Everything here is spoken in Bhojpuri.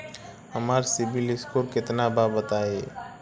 हमार सीबील स्कोर केतना बा बताईं?